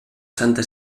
santa